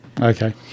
Okay